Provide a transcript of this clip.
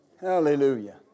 hallelujah